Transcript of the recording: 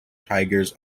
tigers